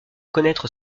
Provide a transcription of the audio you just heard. connaître